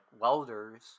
welders